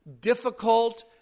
difficult